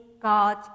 God